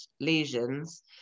lesions